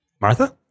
Martha